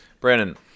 brandon